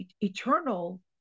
eternal